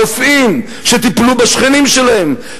הרופאים שטיפלו בשכנים שלהם,